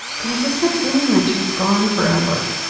but i just kept feeling like she was gone forever.